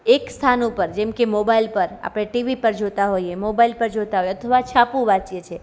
એક સ્થાન ઉપર જેમ કે મોબાઈલ પર આપડે ટીવી પર જોતાં હોઈએ મોબાઈલ પર જોતાં હોય અથવા છાપું વાંચીએ છે